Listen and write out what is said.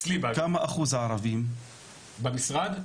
מה אחוז העובדים הערבים במשרד?